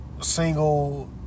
single